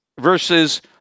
versus